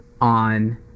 on